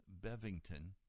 Bevington